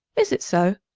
is it so?